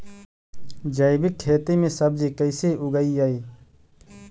जैविक खेती में सब्जी कैसे उगइअई?